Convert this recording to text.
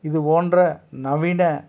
இது போன்ற நவீன